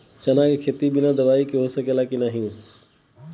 चना के खेती बिना दवाई के हो सकेला की नाही?